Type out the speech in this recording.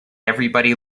everybody